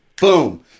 Boom